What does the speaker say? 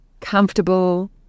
comfortable